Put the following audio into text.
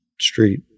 street